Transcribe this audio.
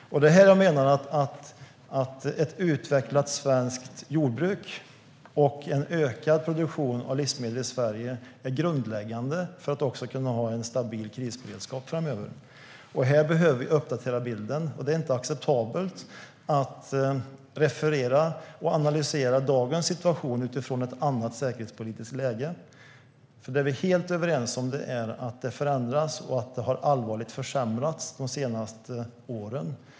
Jag menar att ett utvecklat svenskt jordbruk och en ökad produktion av livsmedel i Sverige är grundläggande för att kunna ha stabil krisberedskap framöver. Vi behöver uppdatera bilden. Det är inte acceptabelt att referera och analysera dagens situation utifrån ett annat säkerhetspolitiskt läge. Vi är helt överens om att det förändras och att det har försämrats allvarligt de senaste åren.